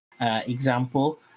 example